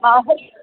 आहो